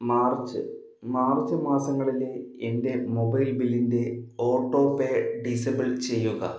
March March മാസങ്ങളിലെ എൻ്റെ mobile ബില്ലിൻ്റെ ഓട്ടോപേ ഡിസബിൾ ചെയ്യുക